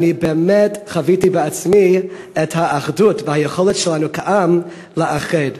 ואני באמת חוויתי בעצמי את האחדות ואת היכולת שלנו כעם לאחד.